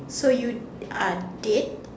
so you are dead